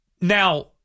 Now